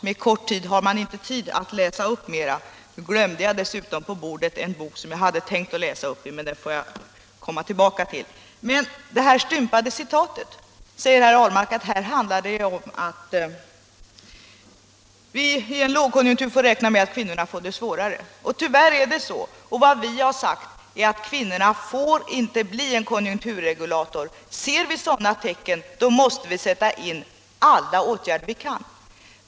På kort tid hinner man inte läsa upp mera; dessutom glömde jag i bänken en bok som jag hade tänkt läsa ur, men den får jag komma tillbaka till. Det här stympade citatet, säger herr Ahlmark, handlar om att vi i en lågkonjunktur måste räkna med att kvinnorna får det svårare. Tyvärr är det så, och vad vi har sagt är att kvinnorna inte får bli en konjunkturregulator. Ser vi tecken på det, måste vi sätta in alla åtgärder vi kan.